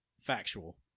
Factual